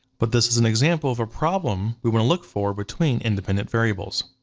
but this is an example of a problem we wanna look for between independent variables.